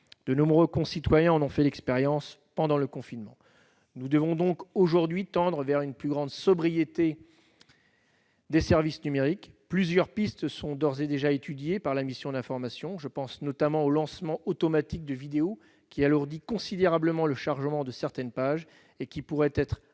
de nombreux concitoyens en ont fait l'expérience pendant le confinement. Nous devons donc aujourd'hui tendre vers une plus grande sobriété des services numériques. Plusieurs pistes sont d'ores et déjà étudiées par la mission d'information. Ainsi, le lancement automatique de vidéos, qui ralentit considérablement le chargement de certaines pages, pourrait être